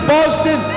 Boston